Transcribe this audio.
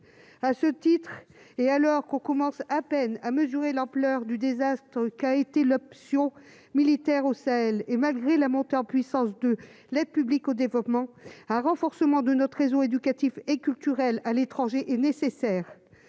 à ce titre, et alors qu'on commence à peine à mesurer l'ampleur du désastre qu'a été l'option militaire au Sahel et malgré la montée en puissance de l'aide publique au développement, un renforcement de notre réseau éducatif et culturel à l'étranger est nécessaire